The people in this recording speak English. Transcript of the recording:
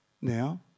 now